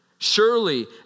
Surely